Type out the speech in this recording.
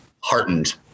heartened